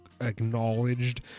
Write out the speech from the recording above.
acknowledged